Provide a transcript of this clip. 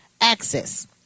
access